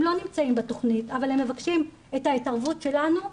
לא נמצאים בתכנית אבל הם מבקשים את ההתערבות שלנו,